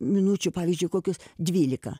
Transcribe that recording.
minučių pavyzdžiui kokius dvylika